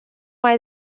mai